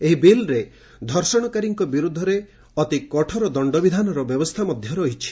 ଏହି ବିଲ୍ରେ ଧର୍ଷଣକାରୀଙ୍କ ବିରୋଧରେ ଅତି କଠୋର ଦଶ୍ତବିଧାନର ବ୍ୟବସ୍ଥା ରହିଛି